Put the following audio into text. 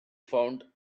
found